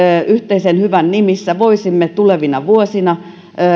yhteisen hyvän nimissä voisimme tulevina vuosina